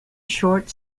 short